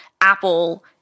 Apple